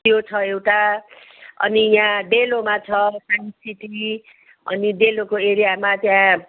त्यो छ एउटा अनि यहाँ डेलोमा छ साइन्स सिटी अनि डेलोको एरियामा त्यहाँ